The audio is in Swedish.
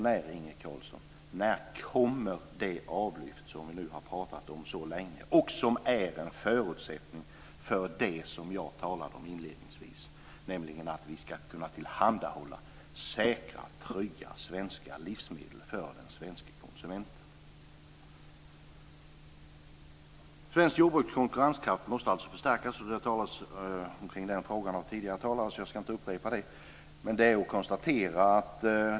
När, Inge Carlsson, kommer det avlyft som det har pratats om så länge och som är en förutsättning för det jag talade om inledningsvis, nämligen att vi ska kunna tillhandahålla säkra, trygga svenska livsmedel för den svenske konsumenten? Svenskt jordbruks konkurrenskraft måste förstärkas. Tidigare talare har talat om den frågan, så jag ska inte upprepa det.